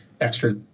extra